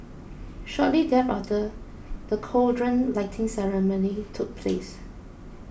shortly thereafter the cauldron lighting ceremony took place